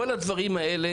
כל הדברים האלה,